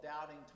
Doubting